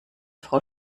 frau